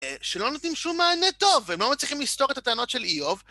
שלא נותנים שום מענה טוב, והם לא מצליחים לסתור את הטענות של איוב.